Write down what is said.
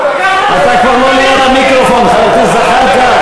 אתה כבר לא ליד המיקרופון, חבר הכנסת זחאלקה.